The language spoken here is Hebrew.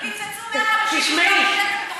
קיצצו 150 מיליון שקל בתוכנית,